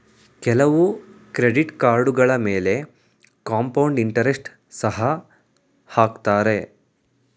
ಕೆಲವು ಕ್ರೆಡಿಟ್ ಕಾರ್ಡುಗಳ ಮೇಲೆ ಕಾಂಪೌಂಡ್ ಇಂಟರೆಸ್ಟ್ ಸಹ ಹಾಕತ್ತರೆ